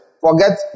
Forget